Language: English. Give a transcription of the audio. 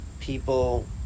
people